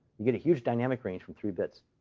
you get a huge dynamic range from three bits.